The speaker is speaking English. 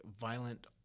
violent